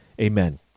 Amen